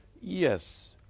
Yes